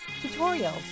tutorials